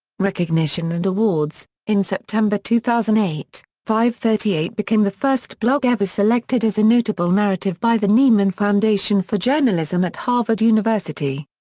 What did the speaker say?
recognition and awards in september two thousand and eight, fivethirtyeight became the first blog ever selected as a notable narrative by the nieman foundation for journalism at harvard university.